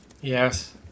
Yes